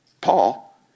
Paul